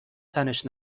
تنش